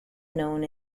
known